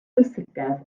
pwysicaf